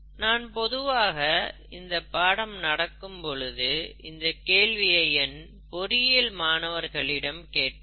நான் பொதுவாக இந்தப் பாடம் நடத்தும் பொழுது இந்தக் கேள்வியை என் பொறியியல் மாணவர்களிடம் கேட்பேன்